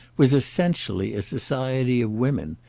was essentially a society of women,